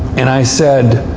and i said,